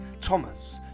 Thomas